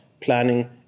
planning